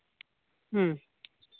ᱦᱮᱸ